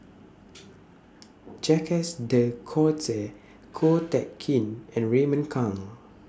Jacques De Coutre Ko Teck Kin and Raymond Kang